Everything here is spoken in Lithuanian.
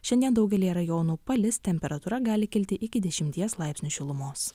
šiandien daugelyje rajonų palis temperatūra gali kilti iki dešimties laipsnių šilumos